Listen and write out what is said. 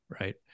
Right